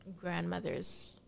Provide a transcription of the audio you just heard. grandmother's